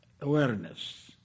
awareness